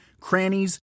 crannies